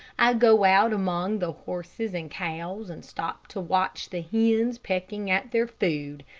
i go out among the horses and cows, and stop to watch the hens pecking at their food.